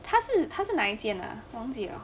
他是他是哪一间的 ah 我忘记了